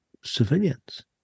civilians